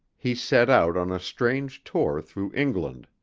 he set out on a strange tour through england.